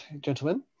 gentlemen